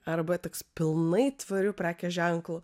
arba toks pilnai tvariu prekės ženklu